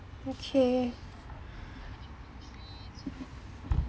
okay